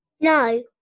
No